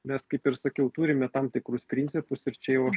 nes kaip ir sakiau turime tam tikrus principus ir čia jau aš